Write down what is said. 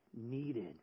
needed